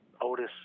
Otis